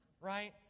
Right